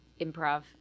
improv